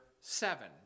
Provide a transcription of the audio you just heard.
seven